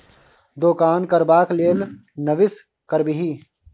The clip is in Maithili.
दोकान करबाक लेल निवेश करबिही